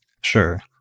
Sure